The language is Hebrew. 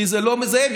כי זה לא מזהם.